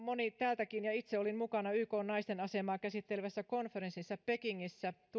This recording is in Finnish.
moni täältä oli ja itse olin mukana ykn naisten asemaa käsittelevässä konferenssissa pekingissä